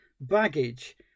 baggage